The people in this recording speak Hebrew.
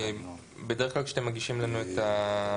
בדרך כלל כשאתם מביאים את הבקשה,